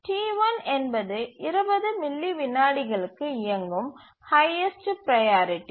T1 என்பது 20 milli விநாடிகளுக்கு இயங்கும் ஹய்யஸ்டு ப்ரையாரிட்டி